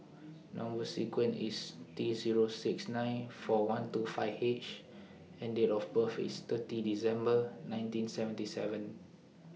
Number sequence IS T Zero six nine four one two five H and Date of birth IS thirty December nineteen seventy seven